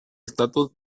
estatus